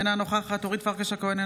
אינה נוכחת אורית פרקש הכהן,